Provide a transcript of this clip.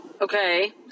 Okay